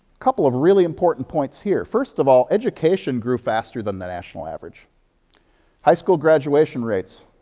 couple of really important points here. first of all, education grew faster than than national average high school graduation rates,